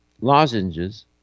lozenges